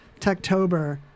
Techtober